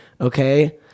okay